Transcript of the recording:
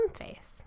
face